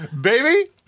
baby